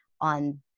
on